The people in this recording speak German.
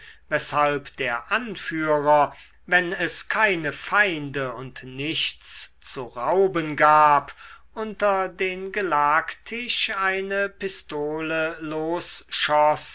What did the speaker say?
weshalb der anführer wenn es keine feinde und nichts zu rauben gab unter den gelagtisch eine pistole